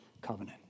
covenant